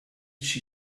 she